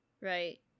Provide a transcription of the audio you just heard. Right